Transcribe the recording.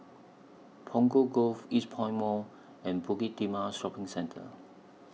Punggol Cove Eastpoint Mall and Bukit Timah Shopping Centre